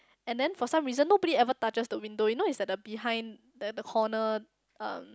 and then for some reason nobody ever touches the window you know it's at the behind the the corner um